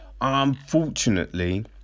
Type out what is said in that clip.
Unfortunately